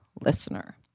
listener